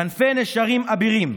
כנפי נשרים אבירים.